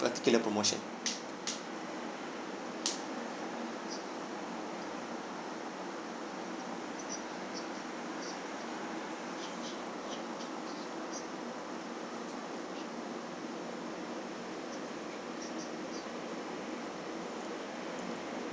particular promotion